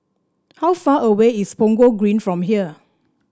how far away is Punggol Green from here